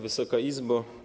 Wysoka Izbo!